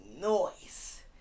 noise